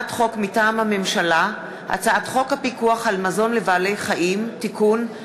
מטעם הממשלה: הצעת חוק הפיקוח על מזון לבעלי-חיים (תיקון),